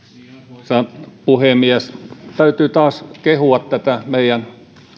arvoisa puhemies täytyy taas kehua tätä meidän